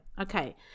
Okay